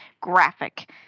graphic